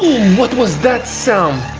what was that sound?